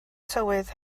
tywydd